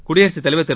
குடியரசுத்தலைவா் திரு